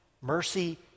mercy